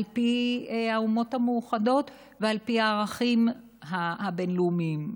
פי האומות המאוחדות ועל פי הערכים הבין-לאומיים.